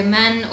men